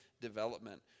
development